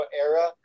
era